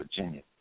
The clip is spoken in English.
Virginia